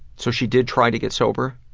so she did try to get sober?